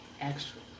extra